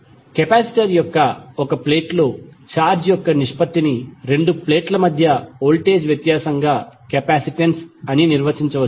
capacitor యొక్క ఒక ప్లేట్లో చార్జ్ యొక్క నిష్పత్తిని రెండు ప్లేట్ల మధ్య వోల్టేజ్ వ్యత్యాసంగా కెపాసిటెన్స్ అని నిర్వచించవచ్చు